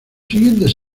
siguientes